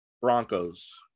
Broncos